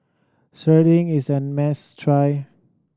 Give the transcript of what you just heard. serunding is a must try